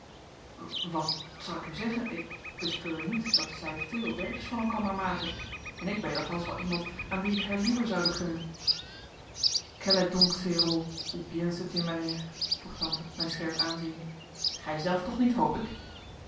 wat zal ik u zeggen ik bespeur niet dat zij veel werks van elkander maken en ik weet althans wel iemand aan wien ik haar liever zoude gunnen quel est donc ce héros ou bien ce téméraire vroeg tante mij scherp aanziende gijzelf toch niet hoop ik